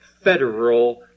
federal